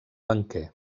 banquer